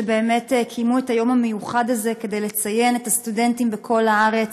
שבאמת קיימו את היום המיוחד הזה כדי לצין את הסטודנטים בכל הארץ.